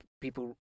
people